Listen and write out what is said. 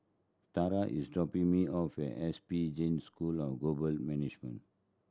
Tarah is dropping me off at S P Jain School of Global Management